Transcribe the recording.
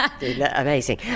Amazing